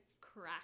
crack